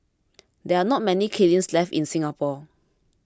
there are not many kilns left in Singapore